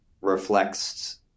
reflects